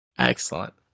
Excellent